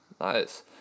Nice